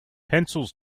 pencils